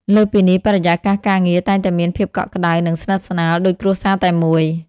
លើសពីនេះ បរិយាកាសការងារតែងតែមានភាពកក់ក្ដៅ និងស្និទ្ធស្នាលដូចគ្រួសារតែមួយ។